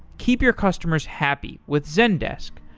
keep your customers happy with zendesk.